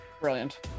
Brilliant